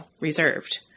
reserved